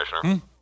Commissioner